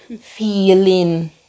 feeling